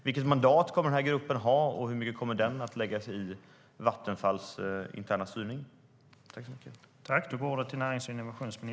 Vilket mandat kommer den här gruppen att ha, och hur mycket kommer den att lägga sig i Vattenfalls interna styrning?